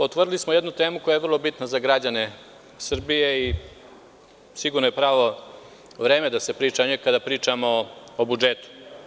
Otvorili smo jednu temu koja je vrlo bitna za građane Srbije i sigurno je pravo vreme da se priča o njoj kada pričamo o budžetu.